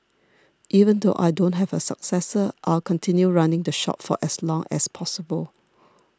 even though I don't have a successor I'll continue running the shop for as long as possible